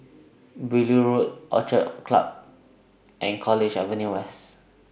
Beaulieu Road Orchid Country Club and College Avenue West